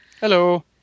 Hello